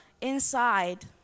inside